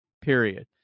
period